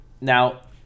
now